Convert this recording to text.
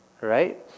right